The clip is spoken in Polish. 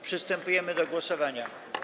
Przystępujemy do głosowania.